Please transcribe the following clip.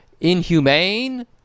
Inhumane